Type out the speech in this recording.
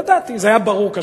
ידעתי, זה היה ברור כשמש.